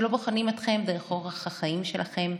שלא בוחנים אתכם דרך אורח החיים שלכם,